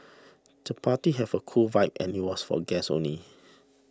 the party have a cool vibe and was for guests only